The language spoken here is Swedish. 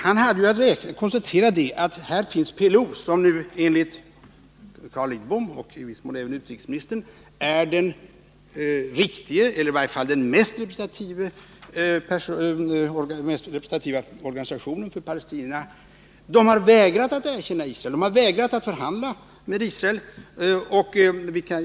Han hade ju att konstatera att där fanns PLO — som enligt Carl Lidbom och i viss mår även utrikesministern är den vedertagna, eller i varje fall den mest representativa organisationen för palestinierna — och PLO har vägrat att erkänna Israel och att förhandla med Israel.